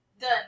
Done